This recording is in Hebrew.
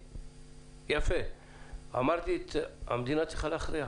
אמרתי שהמדינה צריכה להכריע.